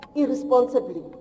irresponsibly